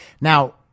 Now